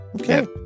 Okay